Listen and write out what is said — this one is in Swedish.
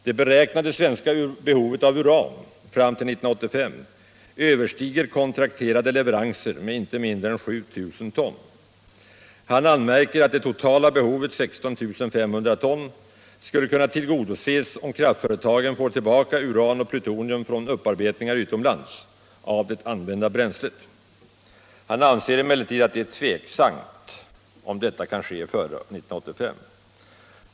Det beräknade svenska behovet av uran fram till 1985 överstiger kontrakterade leveranser med icke mindre än 7 000 ton. Han anmärker att det totala behovet, 16 500 ton, skulle kunna tillgodoses om kraftföretagen får tillbaka uran och plutonium från upparbetningar utomlands av det använda bränslet. Han anser emellertid att det är ”tveksamt” om detta kan ske före år 1985.